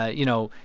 you know,